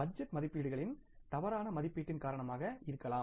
budget மதிப்பீடுகளின் தவறான மதிப்பீட்டின் காரணமாக இருக்கலாம்